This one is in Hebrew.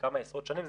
כמה עשרות שנים.